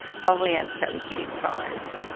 probably at a fairly cheap price.